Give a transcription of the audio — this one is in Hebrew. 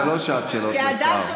זו לא שעת שאלות לשר,